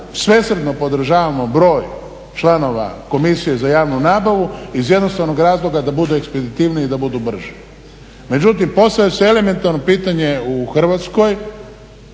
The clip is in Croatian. svesrdno podržavamo broj članova Komisije za javnu nabavu iz jednostavnog razloga da budu ekspeditivniji i da budu brži. Međutim, postavlja se elementarno pitanje u Hrvatskoj,